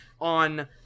on